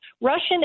Russian